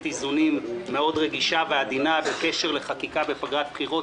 איזונים מאוד רגישה ועדינה בקשר לחקיקה בפגרת בחירות,